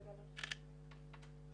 אני רוצה